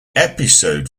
episode